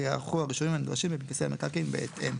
וייערכו הרישומים הנדרשים בפנקסי המקרקעין בהתאם,